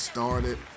Started